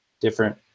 different